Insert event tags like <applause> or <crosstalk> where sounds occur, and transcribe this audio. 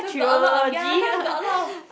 trilogy <laughs>